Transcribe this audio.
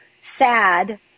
sad